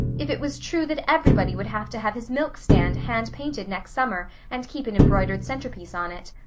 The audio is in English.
if it was true that everybody would have to have his milk-stand hand-painted next summer and keep an embroidered centerpiece on it.